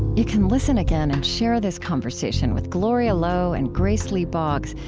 you can listen again and share this conversation with gloria lowe and grace lee boggs,